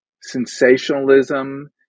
sensationalism